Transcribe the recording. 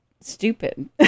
stupid